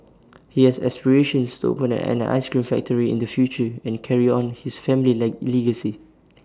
he has aspirations to open an an Ice Cream factory in the future and carry on his family led legacy